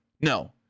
No